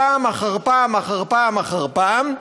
פעם אחר פעם אחר פעם אחר פעם,